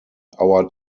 our